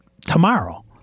tomorrow